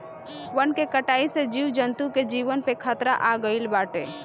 वन के कटाई से जीव जंतु के जीवन पे खतरा आगईल बाटे